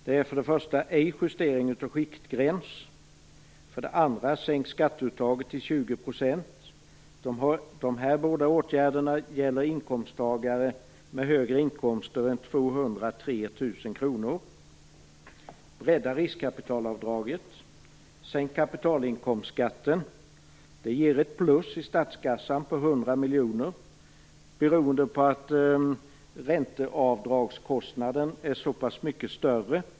Det är för det första: ej justering av skiktgräns, för det andra: sänk skatteuttaget till 20 %. Dessa båda åtgärder gäller inkomsttagare med högre inkomster än 203 000 kr. Bredda riskkapitalavdraget. Sänk kapitalinkomstskatten. Det ger ett plus i statskassan på 100 miljoner beroende på att ränteavdragskostnaden är så mycket större.